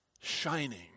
shining